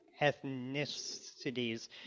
ethnicities